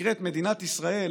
שנקראת מדינת ישראל